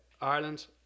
Ireland